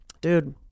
Dude